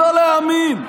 לא להאמין.